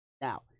Now